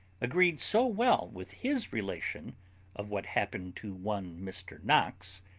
agreed so well with his relation of what happened to one mr knox,